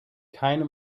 keine